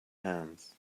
hands